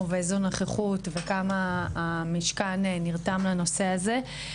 ואיזו נוכחות וכמה המשכן נרתם לנושא הזה.